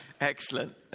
Excellent